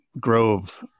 grove